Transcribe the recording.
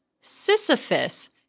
Sisyphus